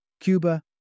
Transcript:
Cuba